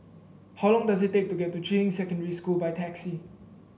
how long does it take to get to Juying Secondary School by taxi